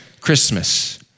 Christmas